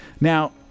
Now